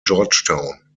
georgetown